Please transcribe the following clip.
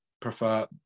prefer